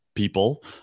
people